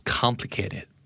complicated